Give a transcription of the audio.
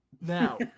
now